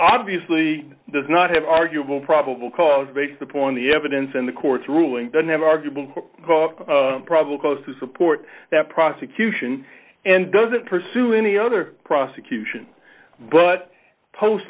obviously does not have arguable probable cause based upon the evidence and the court's ruling doesn't have arguable probably cause to support that prosecution and doesn't pursue any other prosecution but post